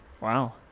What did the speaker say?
Wow